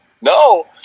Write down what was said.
No